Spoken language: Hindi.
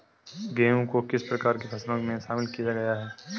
गेहूँ को किस प्रकार की फसलों में शामिल किया गया है?